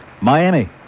Miami